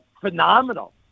phenomenal